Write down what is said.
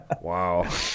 wow